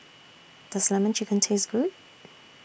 Does Lemon Chicken Taste Good